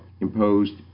imposed